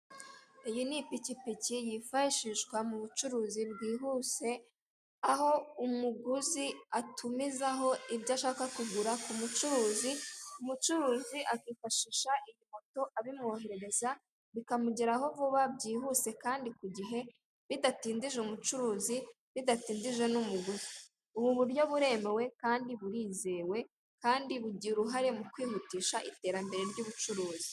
Iyi n'ipikipiki yifashishwa m'ubucuruzi bwihuse aho umuguzi atumizaho ibyo ashaka kugura ku mucuruzi, umucuruzi akifashisha iyi pikipiki abimwoherereza, bikakugeraho vuba byihuse Kandi kugihe bidatindije umucuruzi bidatindije n'umuguzi. Ubu buryo buremewe Kandi burizewe Kandi bugira uruhare mukwihutisha iterambere ry'ubucuruzi.